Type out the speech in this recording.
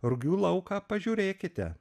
rugių lauką pažiūrėkite